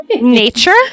nature